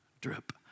drip